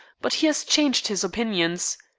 but he has changed his opinions.